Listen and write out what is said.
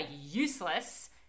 useless